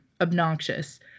obnoxious